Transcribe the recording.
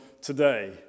today